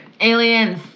Aliens